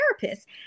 Therapist